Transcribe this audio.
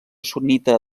sunnita